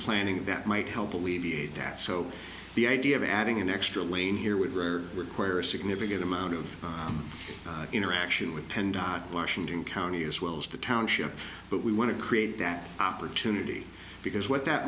planning that might help alleviate that so the idea of adding an extra lane here with rare require a significant amount of interaction with penn dot washington county as well as the township but we want to create that opportunity because what that